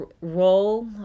role